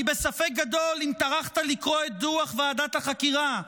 אני בספק גדול אם טרחת לקרוא את דוח ועדת החקירה.